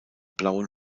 blauen